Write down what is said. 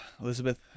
Elizabeth